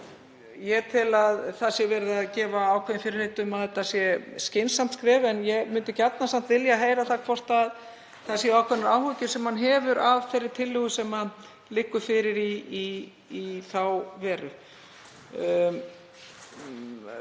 Ég tel að það sé verið að gefa ákveðin fyrirheit um að þetta sé skynsamlegt skref en ég myndi gjarnan vilja heyra hvort það séu ákveðnar áhyggjur sem hann hefur af þeirri tillögu sem liggur fyrir í þá veru.